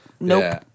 nope